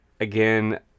again